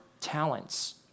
talents